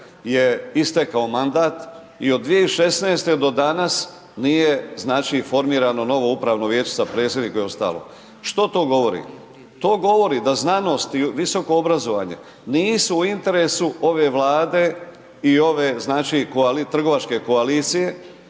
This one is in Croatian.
je istekao mandat i od 2016. do danas nije znači formirano novo Upravno vijeće sa predsjednikom i ostalo. Što to govori? To govori da znanost i visoko obrazovanje, nisu u interesu ove Vlade i ove, znači trgovačke koalicije,